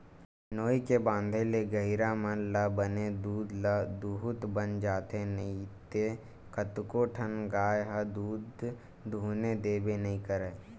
नोई के बांधे ले गहिरा मन ल बने दूद ल दूहूत बन जाथे नइते कतको ठन गाय ह दूद दूहने देबे नइ करय